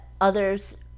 others